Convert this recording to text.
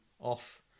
off